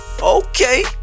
Okay